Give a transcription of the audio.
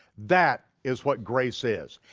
that is what grace is.